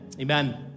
amen